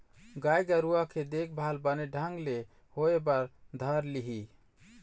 गाय गरुवा के देखभाल बने ढंग ले होय बर धर लिही